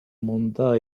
mandat